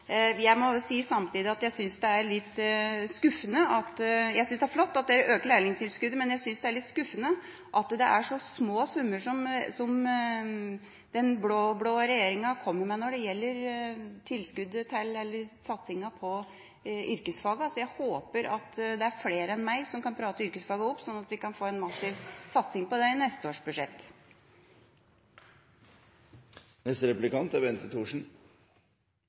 Jeg synes det er flott at man øker lærlingtilskuddet, men jeg synes det er litt skuffende at det er så små summer som den blå-blå regjeringa kommer med når det gjelder satsinga på yrkesfagene. Jeg håper at det er flere enn jeg som kan snakke yrkesfagene opp, slik at vi kan få en massiv satsing på det i neste års budsjett. Representanten Tingelstad Wøien brukte det meste av innlegget sitt til å snakke om yrkesfag, og det er